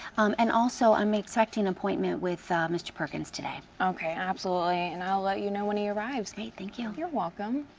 and also, i'm expecting an appoint with mr. perkins today. okay, absolutely, and i'll let you know when he arrives. great, thank you. you're welcome.